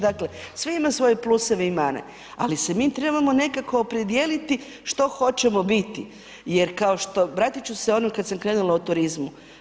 Dakle, sve imaju svoje pluseve i mane, ali se mi trebamo nekako opredijeliti što hoćemo biti jer kao što, vratit ću se ono kad sam krenula o turizmu.